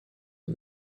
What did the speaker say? and